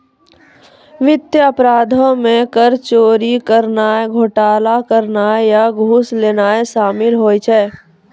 वित्तीय अपराधो मे कर चोरी करनाय, घोटाला करनाय या घूस लेनाय शामिल होय छै